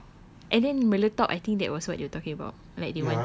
that's true ah and then meletop I think that was what they talking about like they wanted